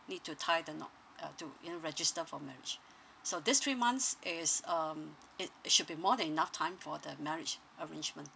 need to tie the knot uh to you know register for marriage so these three months is um it it should be more than enough time for the marriage arrangement